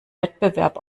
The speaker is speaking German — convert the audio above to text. wettbewerb